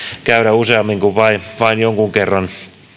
käydä useammin kuin vain jonkun kerran